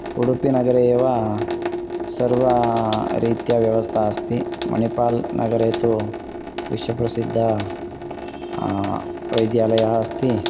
उडुपीनगरे एव सर्वरीत्या व्यवस्था अस्ति मणिपाल् नगरे तु विश्वप्रसिद्धः वैद्यालयः अस्ति